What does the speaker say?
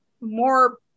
more